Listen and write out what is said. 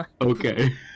Okay